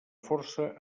força